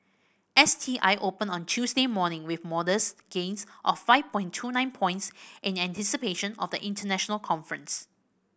S T I opened on Tuesday morning with modest gains of five point two nine points in anticipation of the international conference